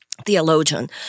theologian